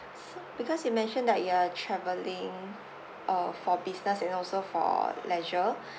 so because you mentioned that you are travelling uh for business and also for leisure